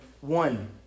one